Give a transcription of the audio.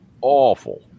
awful